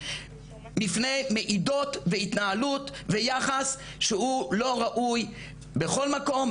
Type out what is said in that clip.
מפני מעידות והתנהלות ויחס שהוא לא ראוי בכל מקום,